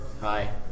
Hi